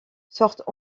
sortent